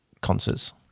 concerts